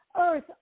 earth